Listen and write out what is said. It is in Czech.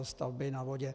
Stavby na vodě.